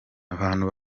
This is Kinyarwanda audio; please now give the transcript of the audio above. abantu